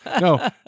No